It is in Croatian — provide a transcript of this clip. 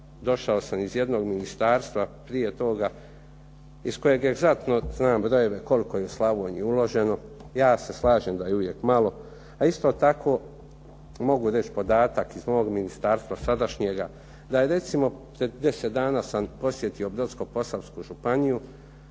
došao sam iz jednog ministarstva prije toga iz kojeg je znatno, znam brojeve koliko je u Slavoniju uloženo, ja se slažem da je uvijek malo. A isto tako mogu reći podatak iz mog Ministarstva sadašnjega da je recimo, pred 10 dana sam posjetio Brodsko-posavsku županiju